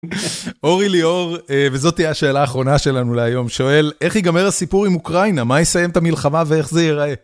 אורי ליאור, וזאת תהיה השאלה האחרונה שלנו להיום, שואל איך ייגמר הסיפור עם אוקראינה? מה יסיים את המלחמה ואיך זה יראה?